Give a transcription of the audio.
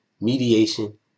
mediation